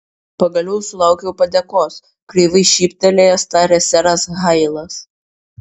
pagaliau sulaukiau padėkos kreivai šyptelėjęs tarė seras hailas